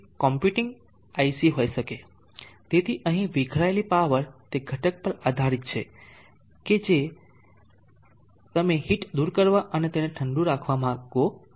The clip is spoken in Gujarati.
તેથી અહીં વિખરાયેલી પાવર તે ઘટક પર આધારિત છે કે જેનાથી તમે હીટ દૂર કરવા અને તેને ઠંડુ રાખવા માંગો છો